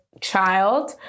child